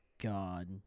God